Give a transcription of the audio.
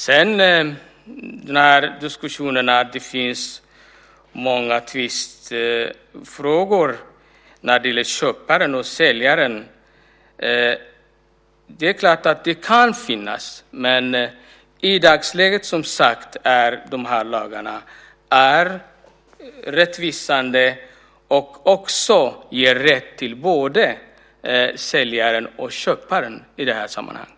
Det är en diskussion om att det finns många tvistefrågor när det gäller köparen och säljaren. Det är klart att det kan finnas, men i dagsläget, som sagt, är de här lagarna rättvisande och ger rätt till både säljaren och köparen i det här sammanhanget.